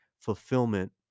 fulfillment